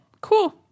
Cool